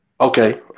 okay